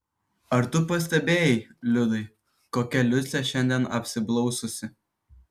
ar tu pastebėjai liudai kokia liucė šiandien apsiblaususi